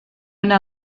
yna